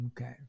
Okay